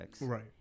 Right